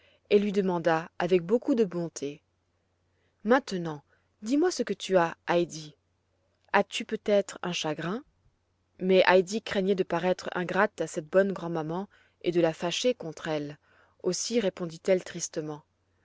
elle et lui demanda avec beaucoup de bonté maintenant dis-moi ce que tu as heidi as-tu peut-être un chagrin mais heidi craignait de paraître ingrate à cette bonne grand'maman et de la fâcher contre elle aussi répondit-elle tristement